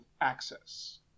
access